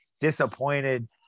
disappointed